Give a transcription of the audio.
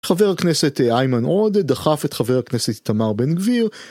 חבר הכנסת איימן עוד דחף את חבר הכנסת איתמר בן גביר